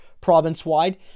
province-wide